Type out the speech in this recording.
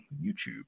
YouTube